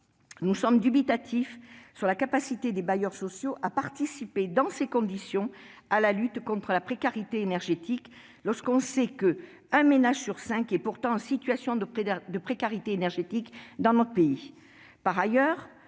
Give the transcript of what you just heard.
nous sommes dubitatifs sur la capacité des bailleurs sociaux à participer, dans ces conditions, à la lutte contre la précarité énergétique. Un ménage sur cinq est pourtant en situation de précarité énergétique dans notre pays ! Par ailleurs,